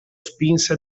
spinse